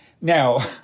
Now